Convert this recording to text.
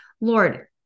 lord